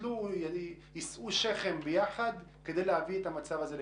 ויטו שכם ביחד כדי להביא את המצב הזה לפתרון.